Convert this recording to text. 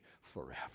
forever